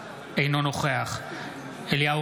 אינו נוכח אליהו